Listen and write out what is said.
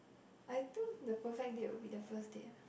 I think the perfect date would be the first date ah